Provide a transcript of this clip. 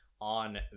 on